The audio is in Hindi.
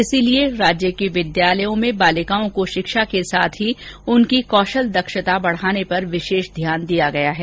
इसलिए राज्य के विद्यालयों में बालिकाओं को शिक्षा के साथ उनकी कौशल दक्षता पर विशेष ध्यान दिया गया है